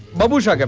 babhusha!